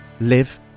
live